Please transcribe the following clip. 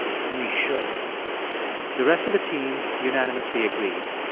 we should the rest of the team unanimously agreed.